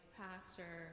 pastor